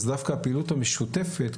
אז דווקא הפעילות המשותפת,